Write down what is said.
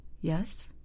Yes